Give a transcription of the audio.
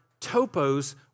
topos